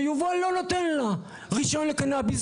ויובל לא נותן לה רישיון לקנביס.